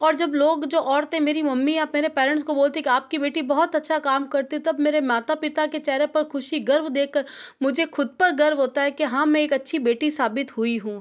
और जब लोग जो औरतें मेरी मम्मी या मेरे पेरेंट्स को बोलते कि आपकी बेटी बहुत अच्छा काम करती है तब मेरे माता पिता के चेहरे पर ख़ुशी गर्व देख कर मुझे ख़ुद पर गर्व होता है कि हाँ मैं एक अच्छी बेटी साबित हुई हूँ